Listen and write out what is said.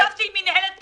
ישבתי עם מינהלת פולין,